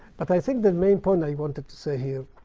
but i think the main point i wanted to say here